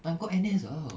time kau N_S [tau]